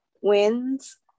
wins